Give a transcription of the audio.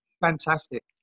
fantastic